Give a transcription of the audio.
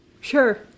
sure